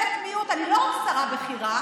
אני לא רק שרה בכירה,